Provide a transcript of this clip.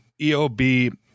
EOB